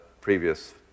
previous